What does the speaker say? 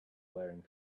wearing